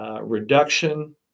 reduction